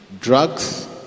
drugs